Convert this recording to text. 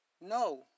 No